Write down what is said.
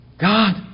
God